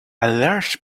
large